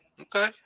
Okay